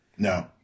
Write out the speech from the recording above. No